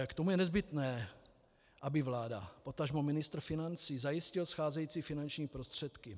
K tomu je nezbytné, aby vláda, potažmo ministr financí zajistil scházející finanční prostředky.